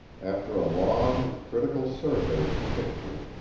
after a long and critical survey of the picture,